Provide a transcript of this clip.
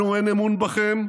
לנו אין אמון בכם,